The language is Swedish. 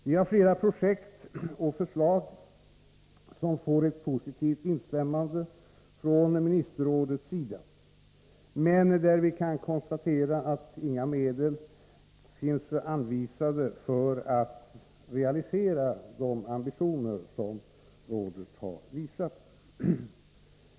Det finns flera projekt och förslag som har fått ett positivt bemötande av ministerrådet, men vi kan konstatera att inga medel har anvisats för att realisera de ambitioner som rådet har visat.